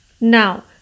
Now